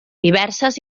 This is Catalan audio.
diverses